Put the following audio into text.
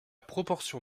proportion